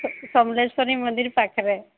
ସମଲେଶ୍ୱରୀ ମନ୍ଦିର ପାଖରେ